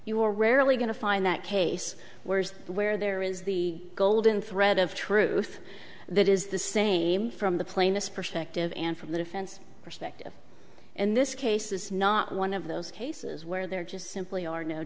you are rarely going to find that case whereas where there is the golden thread of truth that is the same from the plaintiff's perspective and from the defense perspective and this case is not one of those cases where there just simply are no